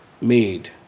made